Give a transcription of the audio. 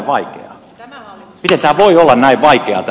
miten tämä asia voi olla näin vaikea